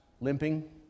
limping